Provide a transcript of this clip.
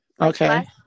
Okay